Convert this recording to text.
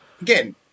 again